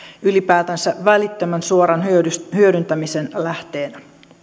ylipäätänsä välittömän suoran hyödyntämisen lähteenä